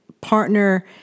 partner